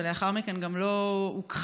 ולאחר מכן גם לא הוכחש,